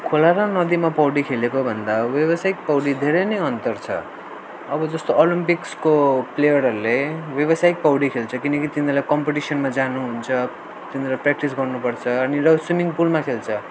खोला र नदीमा पौडी खेलेकोभन्दा व्यवसायिक पौडी धेरै नै अन्तर छ अब जस्तो ओलम्पिक्सको प्लेयरहरूले व्यवसायिक पौडी खेल्छन् किनकि तिनीहरूलाई कम्पिटिसनमा जानु हुन्छ तिनीहरू प्र्याक्टिस गर्नु पर्छ अनि उनीहरू स्विमिङ पुलमा खेल्छ